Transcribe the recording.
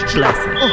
blessing